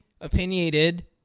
opinionated